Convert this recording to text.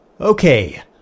Okay